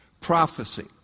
prophecy